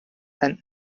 and